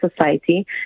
society